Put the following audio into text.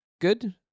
Good